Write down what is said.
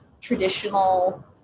traditional